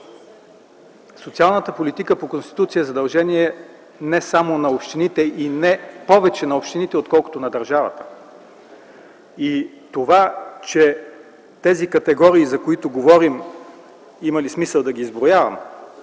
Социалната политика по Конституция е задължение не само на общините и не повече на общините, отколкото на държавата. Това, че тези категории, за които говорим – има ли смисъл да ги изброявам,